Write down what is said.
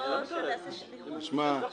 אנחנו